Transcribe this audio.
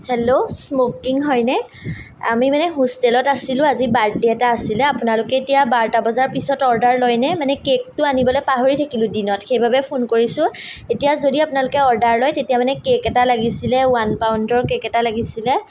hello smoking হয়নে আমি মানে হোষ্টেলত আছিলোঁ আজি বাৰ্থডে এটা আছিলে আপোনালোকে এতিয়া বাৰটা বজাৰ পিছত অৰ্ডাৰ লয়নে মানে কেকটো আনিবলৈ পাহৰি থাকিলোঁ দিনত সেইবাবে ফোন কৰিছোঁ এতিয়া যদি আপোনালোকে অৰ্ডাৰ লয় তেতিয়া মানে কেক এটা লাগিছিলে ওৱান পাউণ্ডৰ কেক এটা লাগিছিলে